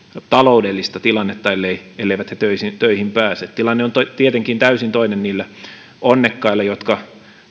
taloudellista tilannetta elleivät he töihin töihin pääse tilanne on tietenkin täysin toinen niillä onnekkailla jotka